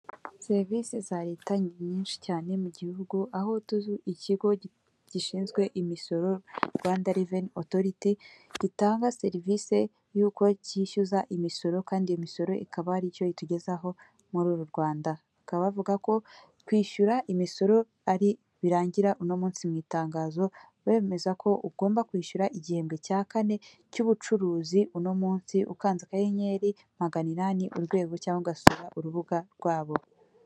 Serivisi za leta ni nyinshi cyane mu gihugu, aho tuzi ikigo gishinzwe imisoro Rwanda reveni otoriti gitanga serivisi yuko cyishyuza imisoro kandi iyo misoro ikaba hari icyo itugezaho muri uru Rwanda. Bakaba bavuga ko kwishyura imisoro ari birangira uno munsi mu itangazo bemeza ko ugomba kwishyura igihembwe cya kane cy'ubucuruzi uno munsi ukanze akayenyeri magana inani urwego cyangwa ugasura urubuga rwabo.